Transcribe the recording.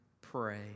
pray